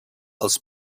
als